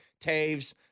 Taves